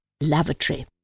lavatory